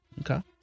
Okay